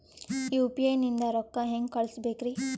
UPI ನಿಂದ ರೊಕ್ಕ ಹೆಂಗ ಕಳಸಬೇಕ್ರಿ?